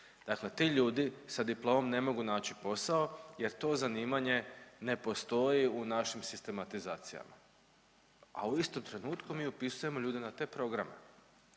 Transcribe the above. Dakle ti ljudi sa diplomom ne mogu naći posao jer to zanimanje ne postoji u našim sistematizacijama, a u istom trenutku mi upisujemo ljude na te programe